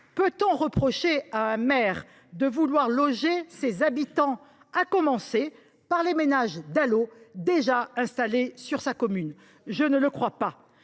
Peut on reprocher à un maire de vouloir loger ses habitants, à commencer par les ménages Dalo déjà installés sur sa commune ? Je ne le crois pas.